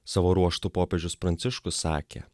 savo ruožtu popiežius pranciškus sakė